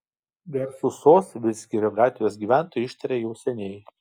garsų sos vidzgirio gatvės gyventojai ištarė jau seniai